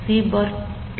C D 0